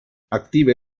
active